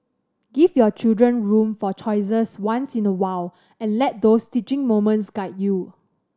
give your children room for choices once in a while and let those teaching moments guide you